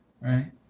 right